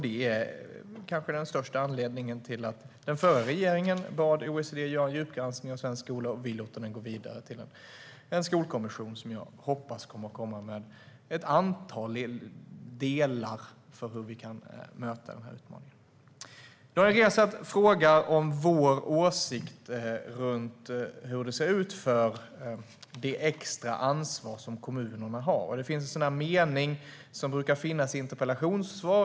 Det kanske är den största anledningen till att den förra regeringen bad OECD att göra en djupgranskning av svensk skola. Vi låter den nu gå vidare till en skolkommission som jag hoppas kommer med ett antal förslag om hur vi kan möta den här utmaningen. Daniel Riazat frågar hur det extra ansvar som kommunerna har ser ut. Det är en mening som brukar finnas i interpellationssvar.